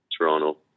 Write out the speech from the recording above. Toronto